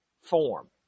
form